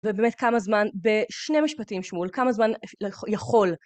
ובאמת כמה זמן... בשני משפטים שמואל, כמה זמן יכול.